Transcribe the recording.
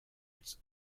its